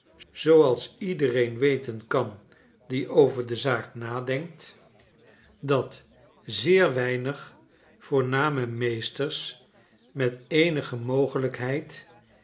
zooals iedereen weten kan die over de zaak nadenkt dat zeer weinig voorname meesters met eenige mogelijkheid